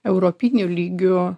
europiniu lygiu